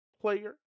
player